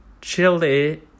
Chili